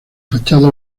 fachada